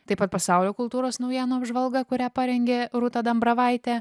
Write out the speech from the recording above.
taip pat pasaulio kultūros naujienų apžvalga kurią parengė rūta dambravaitė